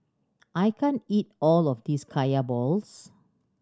I can't eat all of this Kaya balls